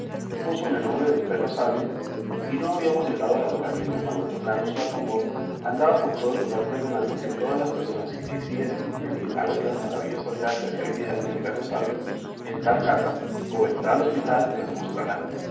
hacía púsome nombre del perro sabio y no habíamos llegado al alojamiento cuando tocando su atambor andaba por todo el lugar pregonando que todas las personas que quisiesen venir a ver las maravillosas gracias y habilidades del perro sabio en tal casa o en tal hospital las mostraban